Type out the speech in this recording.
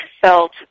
felt